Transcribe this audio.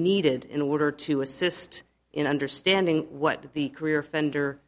needed in order to assist in understanding what the career offender